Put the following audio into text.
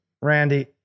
Randy